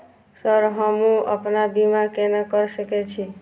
Sir हमू अपना बीमा केना कर सके छी?